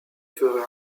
ferait